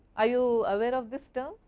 are you aware of this term.